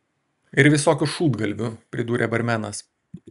ir visokių šūdgalvių pridūrė barmenas